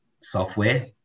software